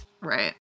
Right